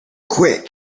quick